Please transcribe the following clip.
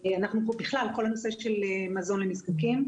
בכלל אנחנו בכל הנושא של מזון לנזקקים,